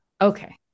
Okay